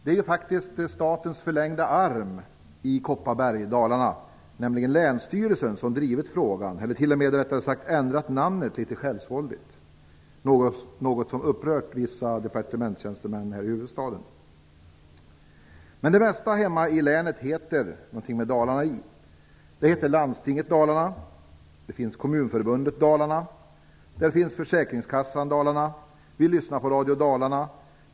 Det är ju faktiskt statens förlängda arm i Kopparberg i Dalarna, nämligen länsstyrelsen, som har drivit frågan eller t.o.m., rättare sagt, ändrat namnet litet självsvåldigt - något som upprört vissa departementstjänstemän här i huvudstaden. Men det mesta hemma i länet har ett namn i vilket Dalarna ingår. Det heter Landstinget Dalarna. Där finns Kommunförbundet Dalarna. Där finns Försäkringskassan Dalarna. Vi lyssnar på Radio Dalarna.